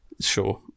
Sure